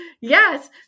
Yes